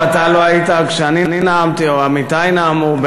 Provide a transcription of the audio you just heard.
גם אתה לא היית כשאני נאמתי או עמיתי נאמו.